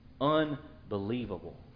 Unbelievable